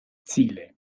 ziele